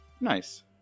Nice